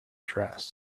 dress